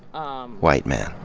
um white men.